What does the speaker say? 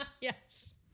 Yes